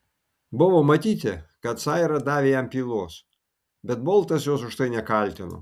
buvo matyti kad saira davė jam pylos bet boltas jos už tai nekaltino